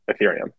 Ethereum